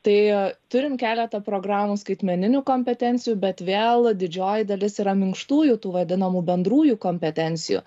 tai turim keletą programų skaitmeninių kompetencijų bet vėl didžioji dalis yra minkštųjų tų vadinamų bendrųjų kompetencijų